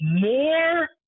more